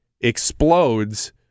explodes